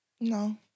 No